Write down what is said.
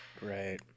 Right